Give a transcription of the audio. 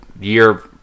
year